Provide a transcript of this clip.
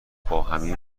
باهمیم